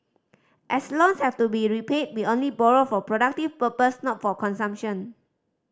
as loans have to be repaid we only borrowed for productive purpose not for consumption